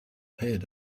head